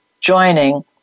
joining